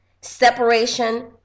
separation